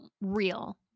real